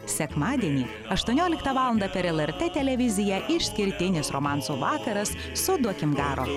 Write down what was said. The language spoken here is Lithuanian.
sekmadienį aštuonioliktą valandą per lrt televiziją išskirtinis romansų vakaras su duokim garo